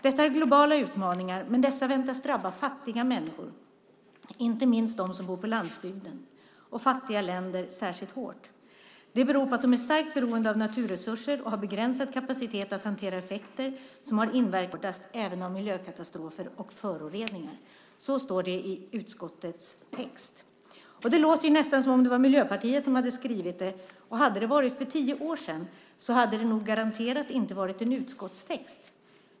Detta är globala utmaningar men dessa väntas drabba fattiga människor - inte minst de som bor på landsbygden - och fattiga länder särskilt hårt. Det beror på att de är starkt beroende av naturresurser och har begränsad kapacitet att hantera effekter som har inverkan på levnadsförhållanden och livsmiljöer. Till detta kommer det hot som miljöförstöring utgör. Fattiga människor är de som drabbas hårdast även av miljökatastrofer och föroreningar." Så står det i utskottets text. Det låter nästan som om det var Miljöpartiet som hade skrivit det, och hade det varit för tio år sedan hade det garanterat inte varit en utskottstext.